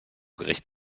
gericht